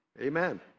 Amen